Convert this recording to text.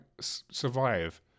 survive